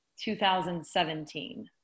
2017